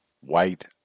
white